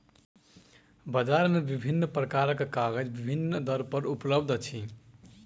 बजार मे विभिन्न प्रकारक कागज विभिन्न दर पर उपलब्ध अछि